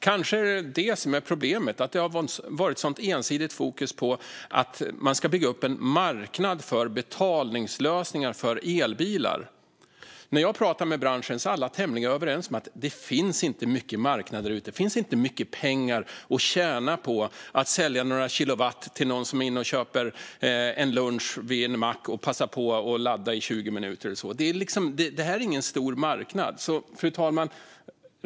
Det är kanske det som är problemet: att det har varit ett sådant ensidigt fokus på att man ska bygga upp en marknad för betalningslösningar för elbilar. När jag pratar med branschen är alla tämligen överens om att det inte finns mycket marknad där ute. Det finns inte mycket pengar att tjäna på att sälja några kilowatt till någon som köper en lunch vid en mack och som passar på att ladda i 20 minuter eller så. Detta är ingen stor marknad. Fru talman!